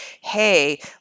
hey